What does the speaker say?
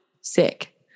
Sick